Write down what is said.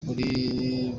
kuri